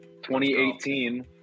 2018